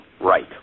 right